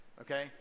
okay